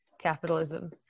capitalism